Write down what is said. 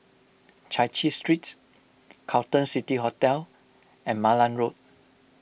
Chai Chee Street Carlton City Hotel and Malan Road